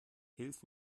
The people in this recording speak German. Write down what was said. hilf